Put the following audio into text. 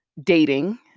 dating